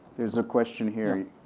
there's a question here.